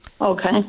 Okay